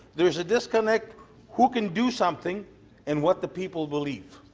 there's a disconnect who can do something and what the people believe.